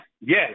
yes